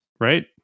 right